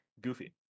Goofy